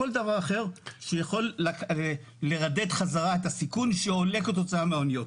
כל דבר אחר שיכול לרדד חזרה את הסיכון שעולה כתוצאה מהאניות.